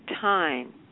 time